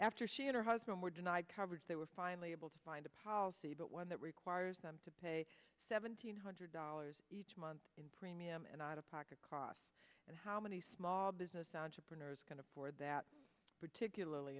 after she and her husband were denied coverage they were finally able to find a policy but one that requires them to pay seven hundred dollars each month in premium and i have pocket costs and how many small business entrepreneurs can afford that particularly